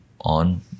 on